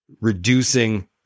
reducing